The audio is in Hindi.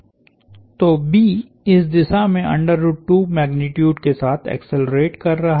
तो B इस दिशा मेंमैग्नीट्यूड के साथ एक्सेलरेट कर रहा है